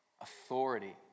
Authority